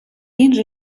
این